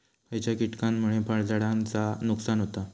खयच्या किटकांमुळे फळझाडांचा नुकसान होता?